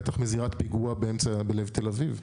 בטח מזירת פיגוע בלב תל אביב.